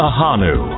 Ahanu